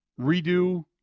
redo